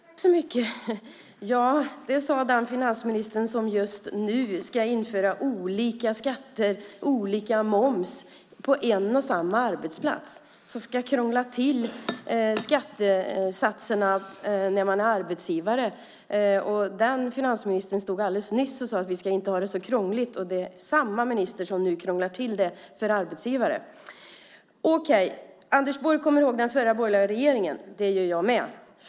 Herr talman! Ja, det sade den finansminister som just nu ska införa olika skatter och olika moms på en och samma arbetsplats, som ska krångla till skattesatserna för arbetsgivare. Den finansministern stod alldeles nyss och sade att vi inte ska ha det så krångligt. Det är samma minister som nu krånglar till det för arbetsgivare. Okej. Anders Borg kommer ihåg den förra borgerliga regeringen. Det gör jag med.